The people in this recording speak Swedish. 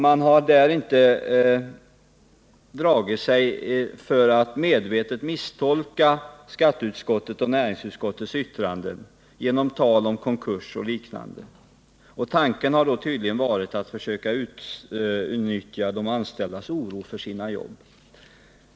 Man har inte dragit sig för att medvetet misstolka skatteoch näringsutskottens yttranden genom tal om konkurs och liknande. Tanken har tydligen varit att försöka utnyttja de anställdas oro för sina jobb.